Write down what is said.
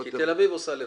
כי תל אביב עושה לבד.